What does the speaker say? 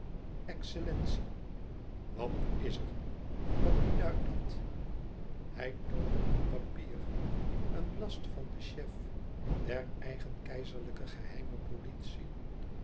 excellentie wat is er wat beduidt dat hij toonde een papier een last van den chef der eigen keizerlijke geheime politie